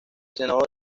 senador